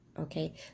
okay